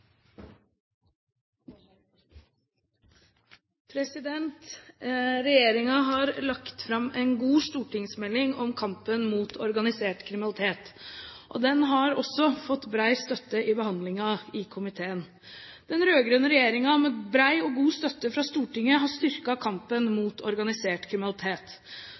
har lagt fram en god stortingsmelding om kampen mot organisert kriminalitet. Den har også fått bred støtte under behandlingen i komiteen. Den rød-grønne regjeringen har med bred og god støtte fra Stortinget styrket kampen mot organisert kriminalitet.